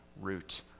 root